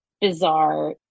bizarre